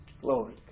Glory